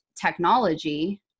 technology